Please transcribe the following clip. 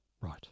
Right